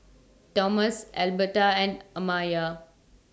Tomas Elberta and Amiya